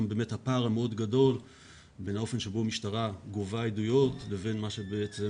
באמת הפער המאוד גדול בין האופן בו המשטרה גובה עדויות לבין מה שבעצם